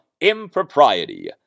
impropriety